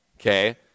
Okay